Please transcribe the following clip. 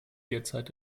derzeit